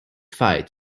fight